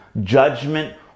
Judgment